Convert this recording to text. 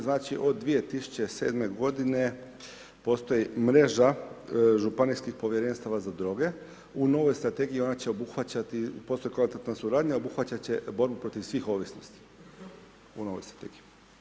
Znači, od 2007.g. postoji mreža županijskih povjerenstava za droge, u novoj strategiji ona će obuhvaćati, postoji kvalitetna suradnja, obuhvaćat će borbu protiv svih ovisnosti u novoj strategiji.